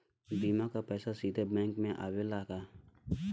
बीमा क पैसा सीधे बैंक में आवेला का?